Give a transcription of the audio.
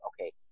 okay